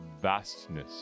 vastness